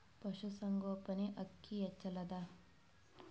ಪಶುಸಂಗೋಪನೆ ಅಕ್ಕಿ ಹೆಚ್ಚೆಲದಾ?